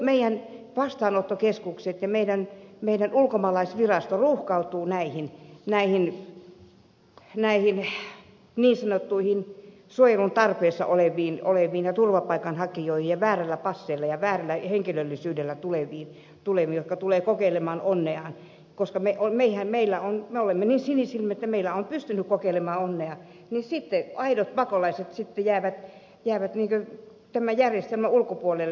meidän vastaanottokeskuksemme ja meidän ulkomaalaisvirastomme ruuhkautuvat näiden niin sanottujen suojelun tarpeessa olevien ja turvapaikanhakijoiden ja väärillä passeilla ja väärillä henkilöllisyyksillä tulevien takia jotka tulevat kokeilemaan onneaan koska me olemme niin sinisilmäisiä että meillä on pystynyt kokeilemaan onneaan ja sitten aidot pakolaiset jäävät tämän järjestelmän ulkopuolelle